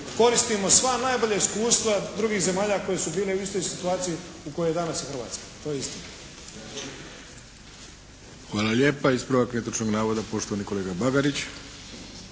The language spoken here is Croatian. Koristimo sva najbolja iskustva drugih zemalja koje su bile u istoj situaciji u kojoj je danas i Hrvatska. To je istina. **Arlović, Mato (SDP)** Hvala lijepa. Ispravak netočnog navoda poštovani kolega Bagarić.